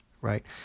right